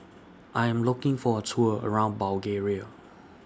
I Am looking For A Tour around Bulgaria